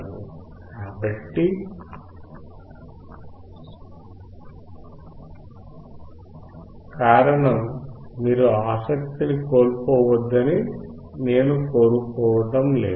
కాబట్టి కారణం మీరు ఆసక్తి ని కోల్పోవద్దని నేను కోరుకోవడం లేదు